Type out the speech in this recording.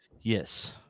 Yes